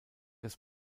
des